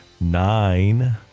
Nine